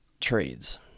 trades